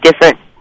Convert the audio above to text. different